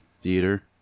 theater